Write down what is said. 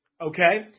Okay